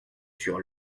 sur